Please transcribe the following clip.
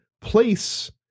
place